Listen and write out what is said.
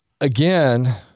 Again